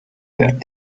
that